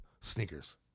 sneakers